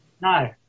No